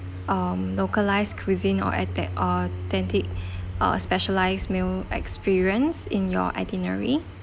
um localised cuisine or add that authentic uh specialised meal experience in your itinerary